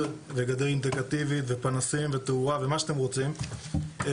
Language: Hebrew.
וגדר אינטגרטיבית ופנסים ותאורה ומה שאתם רוצים,